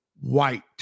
white